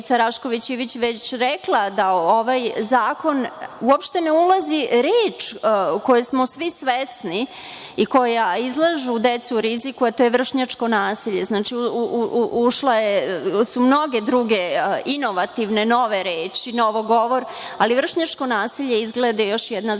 Rašković Ivić je već rekla da u ovaj zakon uopšte ne ulazi reč koje smo svi svesni i koja izlaže decu riziku, a to je vršnjačko nasilje. Znači, ušle su mnoge druge inovativne, nove reči, novi govor, ali vršnjačko nasilje je izgleda još jedna zabranjena